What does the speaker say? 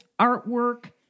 artwork